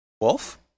Wolf